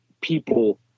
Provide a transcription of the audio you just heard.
people